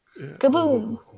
Kaboom